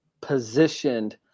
positioned